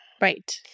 Right